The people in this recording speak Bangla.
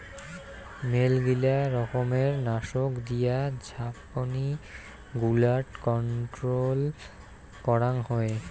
মেলগিলা রকমের নাশক দিয়া ঝাপনি গুলাট কন্ট্রোল করাং হই